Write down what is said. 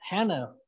Hannah